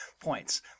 points